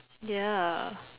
ya